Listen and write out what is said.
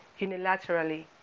unilaterally